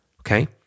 okay